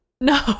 No